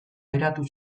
geratu